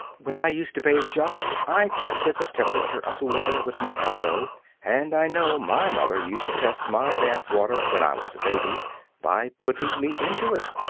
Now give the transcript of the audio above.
when i used to bathe jock i tested the temperature of the water with my elbow and i know my mother used to test my bath-water when i was a baby by putting me into it.